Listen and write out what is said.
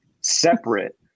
separate